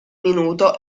minuto